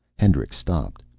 hendricks stopped,